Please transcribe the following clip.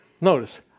Notice